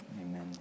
Amen